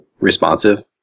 responsive